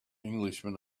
englishman